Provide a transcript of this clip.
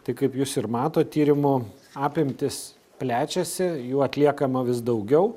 tai kaip jūs ir matot tyrimų apimtys plečiasi jų atliekama vis daugiau